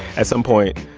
at some point,